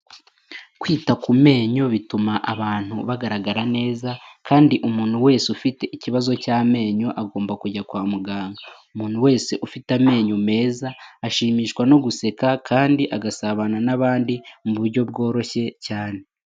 Kwita ku menyo bituma abantu bagaragara neza kandi umuntu wese ufite ikibazo cy'amenyo agomba kujya kwa muganga, umuntu wese ufite amenyo meza ashimishwa no guseka kandi agasabana n'abandi mu buryo bworoshye cyane.